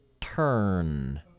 turn